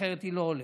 אחרת היא לא הולכת.